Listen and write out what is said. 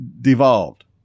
devolved